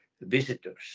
visitors